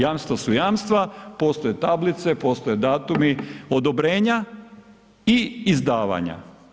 Jamstva su jamstva, postoje tablice, postoje datumi, odobrenja i izdavanja.